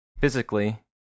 physically